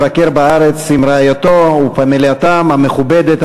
מבקר בארץ עם רעייתו ופמלייתם המכובדת,